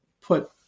put